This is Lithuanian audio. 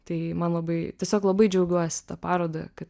tai man labai tiesiog labai džiaugiuosi ta paroda kad